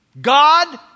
God